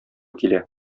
килә